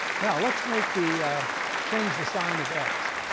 now let's make the change the sign of x,